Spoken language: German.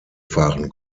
fahren